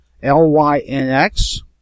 L-Y-N-X